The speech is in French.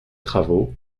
travaux